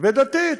ודתית.